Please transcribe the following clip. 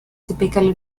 typically